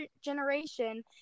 generation